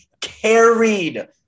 carried